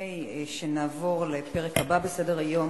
לפני שנעבור לפרק הבא בסדר-היום,